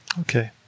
Okay